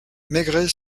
maigret